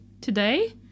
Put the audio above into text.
today